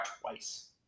twice